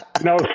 No